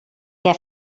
què